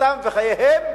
רווחתם וחייהם,